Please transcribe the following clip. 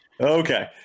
Okay